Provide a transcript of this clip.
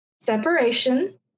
separation